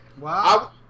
Wow